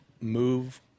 move